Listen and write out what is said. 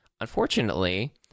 unfortunately